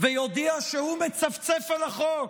ויודיע שהוא מצפצף על החוק,